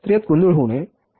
तर यात गोंधळ होऊ नये